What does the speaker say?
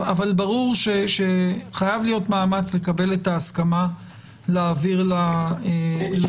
אבל ברור שחייב להיות מאמץ לקבל את ההסכמה להעביר למרלו"ג.